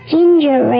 Ginger